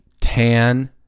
Tan